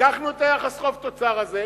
לקחנו את היחס חוב תוצר הזה,